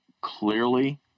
clearly